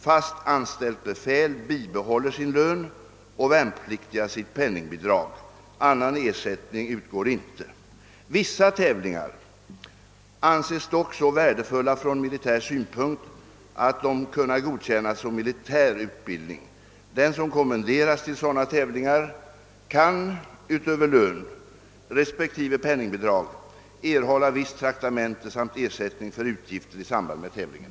Fast anställt befäl bibehåller sin lön och värnpliktiga sitt penningbidrag. Annan ersättning utgår inte. Vissa tävlingar anses dock så värdefulla från militär synpunkt att de kan godkännas som militär utbildning. Den som kommenderas till sådana tävlingar kan utöver lön respektive penningbidrag erhålla visst traktamente samt ersättning för utgifter i samband med tävlingen.